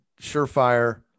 surefire